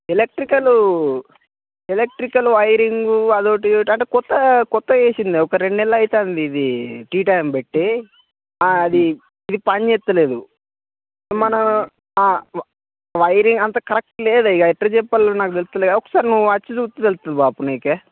electrical electrical wiring అదొకటి ఇదొకటి అంటే కొత్త కొత్తగా వేసింది రెండు నెల అవుతోంది ఇది టీ టైం పెట్టి అది ఇది పని చేస్తలేదు మన వైరింగ్ అంత కరక్ట్ లేదే ఇక ఎట్లా చెప్పాలనో నాకు తెలుస్తలేదు ఒకసారి నువ్వొచ్చి చూస్తే నీకే తెలుస్తుంది బాపు నీకే